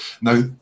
Now